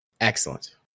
Excellent